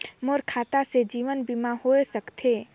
मोर खाता से जीवन बीमा होए सकथे?